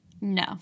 No